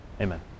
Amen